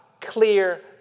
clear